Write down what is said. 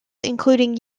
including